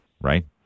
right